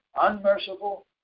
unmerciful